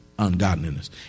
ungodliness